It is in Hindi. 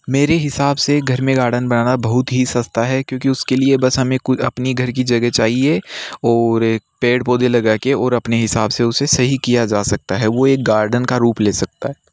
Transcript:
मेरी हिंसाब से घर में गार्डन बनाना बहुत ही सस्ता है क्योंकि उसके लिए बस हमें कोई अपनी घर की जगह चाहिए और एक पेड़ पौधे लगा के और अपने हिंसाब से उसे सही किया जा सकता है वो एक गार्डन का रूप ले सकता है